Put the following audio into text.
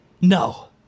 No